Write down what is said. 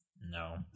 No